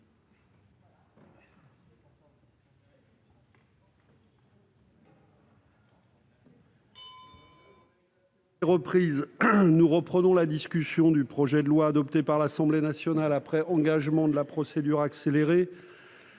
Nous reprenons la discussion du projet de loi, adopté par l'Assemblée nationale après engagement de la procédure accélérée,